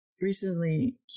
Recently